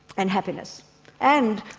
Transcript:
and happiness and,